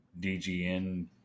DGN